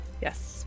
Yes